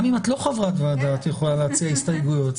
גם אם את לא חברת ועדה את יכולה להציע הסתייגויות.